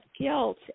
guilt